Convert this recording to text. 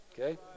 okay